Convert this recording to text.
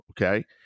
okay